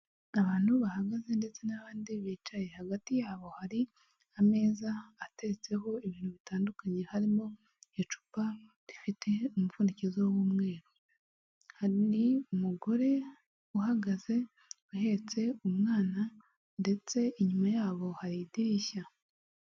Abantu bahagaze ndetse n'abandi bicaye, hagati yabo hari ameza atetseho ibintu bitandukanye, harimo icupa rifite umuvundizo w'umweru, hari n'umugore uhagaze ahetse umwana ndetse inyuma yabo hari idirishya.